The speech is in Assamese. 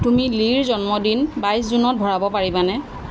তুমি লিৰ জন্মদিন বাইশ জুনত ভৰাব পাৰিবানে